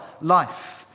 life